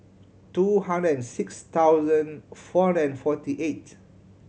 two hundred and six thousand four hundred and forty eight